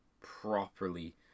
properly